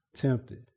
tempted